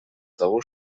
того